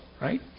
Right